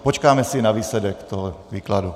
Počkáme si na výsledek toho výkladu.